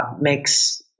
makes